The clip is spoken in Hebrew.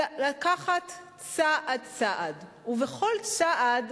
לקחת צעד-צעד, ובכל צעד,